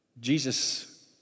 Jesus